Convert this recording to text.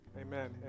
Amen